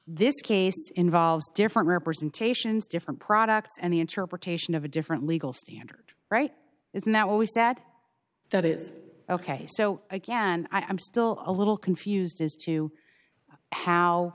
this case involves different representations different products and the interpretation of a different legal standard right isn't that we sat that is ok so again i'm still a little confused as to how